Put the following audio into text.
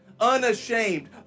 unashamed